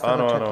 Ano?